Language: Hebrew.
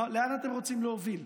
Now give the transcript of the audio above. לאן אתם רוצים להוביל?